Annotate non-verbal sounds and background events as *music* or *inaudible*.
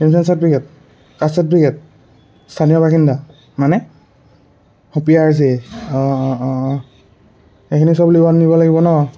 *unintelligible* certificate caste certificate স্থানীয় বাসিন্দা মানে *unintelligible* নিব লাগিব ন